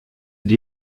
die